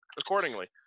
accordingly